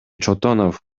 чотонов